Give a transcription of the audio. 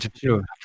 sure